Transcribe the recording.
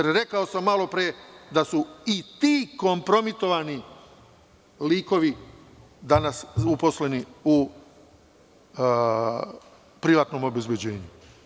Malopre sam rekao da su i ti kompromitovani likovi danas uposleni u privatnom obezbeđenju.